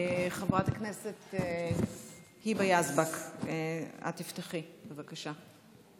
חברת הכנסת היבה יזבק, את תפתחי, בבקשה.